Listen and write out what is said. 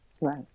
right